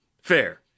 Fair